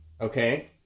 Okay